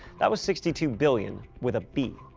that was sixty two billion. with a b.